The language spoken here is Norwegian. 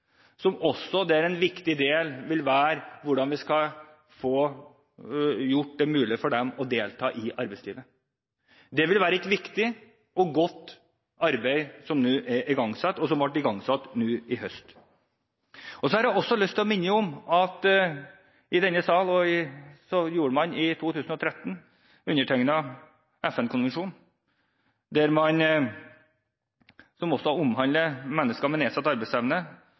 der en viktig del vil være hvordan vi skal få gjort det mulig for dem å delta i arbeidslivet. Det er et viktig og godt arbeid som er igangsatt, og som ble igangsatt nå i høst. Jeg har også lyst til å minne om at i denne sal så undertegnet man i 2013 FN-konvensjonen, som også omhandler mennesker med nedsatt arbeidsevne,